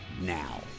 Now